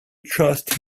trust